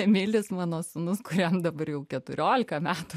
emilis mano sūnus kuriam dabar jau keturiolika metų